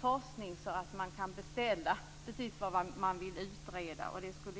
forskning, dvs. att kunna beställa vad som skall utredas.